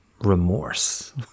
remorse